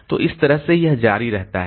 तो इस तरह से यह जारी रहता है